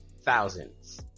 thousands